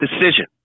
decision